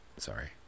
sorry